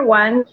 one